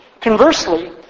Conversely